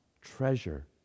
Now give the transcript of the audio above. treasure